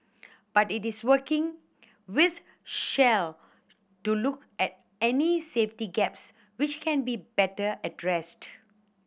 but it is working with Shell to look at any safety gaps which can be better addressed